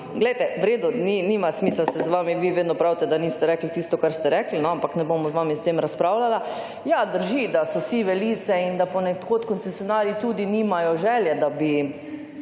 glejte, v redu, nima smisla se z vami, vi vedno pravite, da niste rekli tisto kar ste rekli, ampak ne bom z vami o tem razpravljala. Ja, drži, da so sive lise in da ponekod koncesionarji tudi nimajo želje, da bi